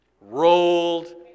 rolled